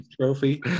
trophy